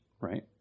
right